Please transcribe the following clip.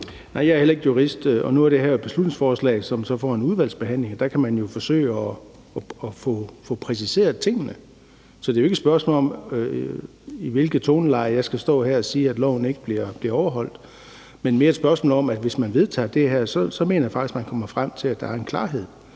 jeg er heller ikke jurist. Nu er det her jo et beslutningsforslag, som så får en udvalgsbehandling, og der kan man forsøge at få præciseret tingene. Så det er jo ikke et spørgsmål om, i hvilket toneleje jeg skal stå her og sige, at loven ikke bliver overholdt, men mere et spørgsmål om, at hvis man vedtager det her, mener jeg faktisk, man kommer frem til, at der er en klarhed,